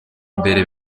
imbere